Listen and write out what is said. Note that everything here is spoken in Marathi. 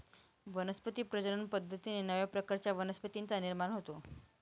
वनस्पती प्रजनन पद्धतीने नव्या प्रकारच्या वनस्पतींचा निर्माण होतो